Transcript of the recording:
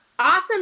awesome